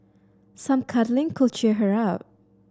some cuddling could cheer her up